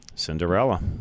cinderella